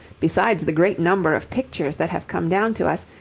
besides the great number of pictures that have come down to us,